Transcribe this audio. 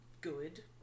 good